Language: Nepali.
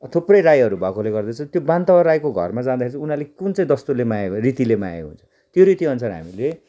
थुप्रै राईहरू भएकोले गर्दा चाहिँ त्यो बान्तावा राईको घरमा जाँदाखेरि चाहिँ उनीहरूले कुन चाहिँ दस्तुरले मागेको रीतिले मागेको हुन्छ त्यो रीतिअनुसार हामीले